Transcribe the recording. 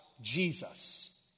Jesus